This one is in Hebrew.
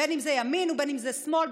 בין בימין ובין בשמאל,